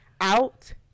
out